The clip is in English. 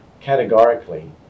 categorically